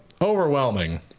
overwhelming